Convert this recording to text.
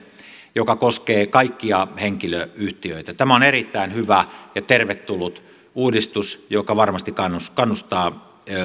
joka koskee kaikkia henkilöyhtiöitä tämä on erittäin hyvä ja tervetullut uudistus joka varmasti kannustaa kannustaa